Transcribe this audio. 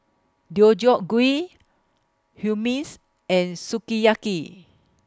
Deodeok Gui Hummus and Sukiyaki